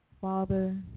father